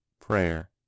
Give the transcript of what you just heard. prayer